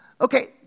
Okay